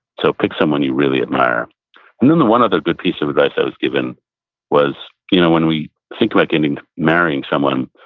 so pick someone you really admire and then the one other good piece of advice i was given was you know when we think about like and and marrying someone,